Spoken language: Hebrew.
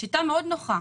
שיטה מאוד נוחה